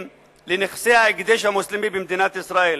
לנכסי ההקדש המוסלמי במדינת ישראל?